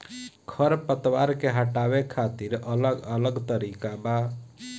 खर पतवार के हटावे खातिर अलग अलग तरीका बा